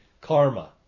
karma